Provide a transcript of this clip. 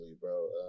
bro